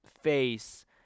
face